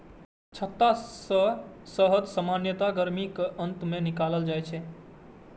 छत्ता सं शहद सामान्यतः गर्मीक अंत मे निकालल जाइ छै